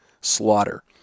slaughter